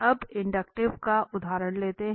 अब इंडक्टिव का उदाहरण लेते हैं